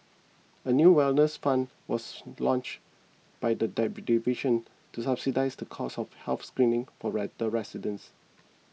a new wellness fund was launched by the dive division to subsidise the cost of health screenings for the residents